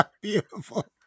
beautiful